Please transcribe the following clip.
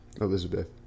Elizabeth